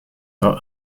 are